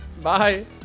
Bye